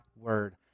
word